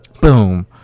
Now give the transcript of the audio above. boom